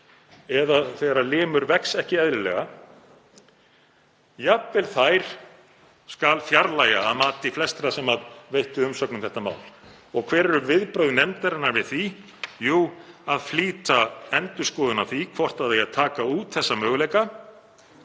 eða þegar limur vex ekki eðlilega skal fjarlægja að mati flestra sem veittu umsögn um þetta mál. Og hver eru viðbrögð nefndarinnar við því? Jú, að flýta endurskoðun á því hvort það eigi að taka út þessa möguleika.